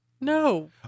No